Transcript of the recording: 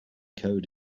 code